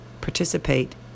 participate